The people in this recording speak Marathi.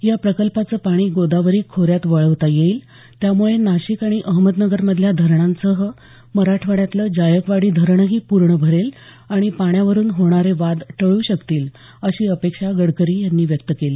या प्रकल्पाचं पाणी गोदावरी खोऱ्यात वळवता येईल त्यामुळे नाशिक आणि अहमदनगरमधल्या धरणांसह मराठवाड्यातलं जायकवाडी धरणही पूर्ण भरेल आणि पाण्यावरून होणारे वाद टळू शकतील अशी अपेक्षा गडकरी यांनी व्यक्त केली